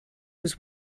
was